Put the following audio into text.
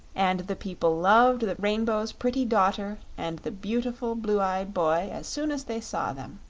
and the people loved the rainbow's pretty daughter and the beautiful blue-eyed boy as soon as they saw them.